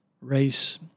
Race